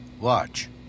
Watch